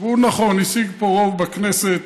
והוא, נכון, השיג פה רוב בכנסת,